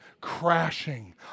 Crashing